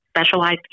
specialized